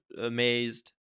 amazed